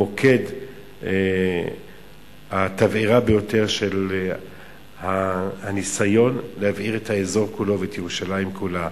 מוקד התבערה של הניסיון להבעיר את האזור כולו ואת ירושלים כולה.